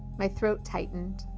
my throat tightened.